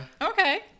Okay